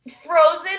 frozen